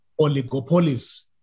oligopolies